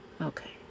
Okay